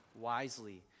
wisely